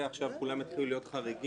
עכשיו כולם יתחילו להיות חריגים.